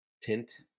tint